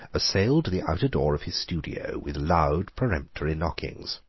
assailed the outer door of his studio with loud peremptory knockings.